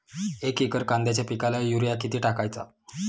एक एकर कांद्याच्या पिकाला युरिया किती टाकायचा?